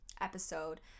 episode